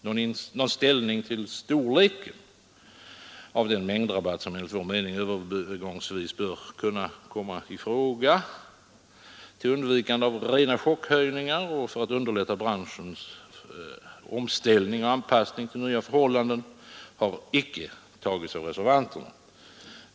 Någon ställning till storleken av den mängdrabatt, som enligt vår mening övergångsvis bör kunna komma i fråga till undvikande av rena chockhöjningar och för att underlätta för branschens folk att göra omställningen och anpassa sig till de nya förhållandena, har inte tagits av reservanterna.